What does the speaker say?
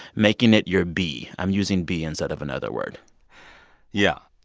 making it your b. i'm using b instead of another word yeah.